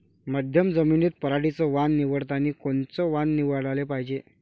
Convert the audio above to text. मध्यम जमीनीत पराटीचं वान निवडतानी कोनचं वान निवडाले पायजे?